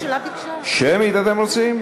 שמית אתם רוצים?